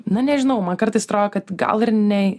na nežinau man kartais atrodo kad gal ir nei